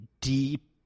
deep